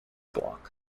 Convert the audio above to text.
block